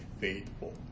faithful